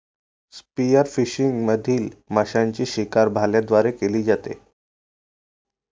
spearfishing मधील माशांची शिकार भाल्यांद्वारे केली जाते